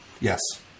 Yes